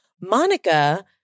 Monica